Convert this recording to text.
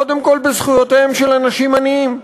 וקודם כול בזכויותיהם של אנשים עניים.